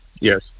Yes